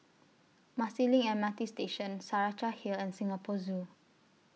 Marsiling M R T Station Saraca Hill and Singapore Zoo